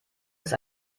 ist